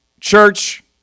Church